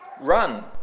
run